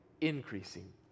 increasing